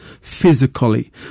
physically